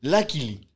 Luckily